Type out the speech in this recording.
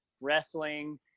wrestling